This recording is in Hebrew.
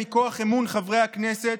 מכוח אמון חברי הכנסת,